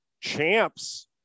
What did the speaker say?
champs